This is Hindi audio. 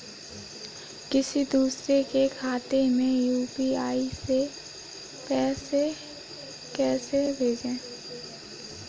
किसी दूसरे के खाते में यू.पी.आई से पैसा कैसे भेजें?